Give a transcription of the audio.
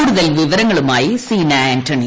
കൂടുതൽ വിവരങ്ങളുമായി സീനാആൻ്റണി